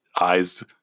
eyes